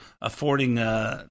affording –